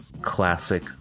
Classic